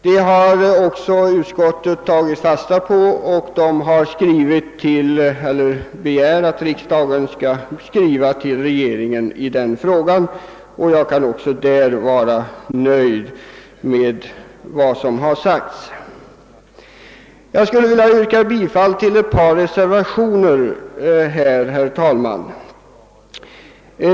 Detta har också utskottet tagit fasta på och hemställer att riksdagen skall skriva till regeringen i denna fråga. Jag kan alltså också på denna punkt vara nöjd med utskottets skrivning. Jag skulle emellertid vilja yrka bifall till ett par reservationer.